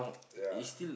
ya